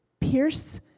pierce